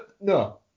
No